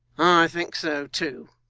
i think so too.